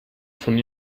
von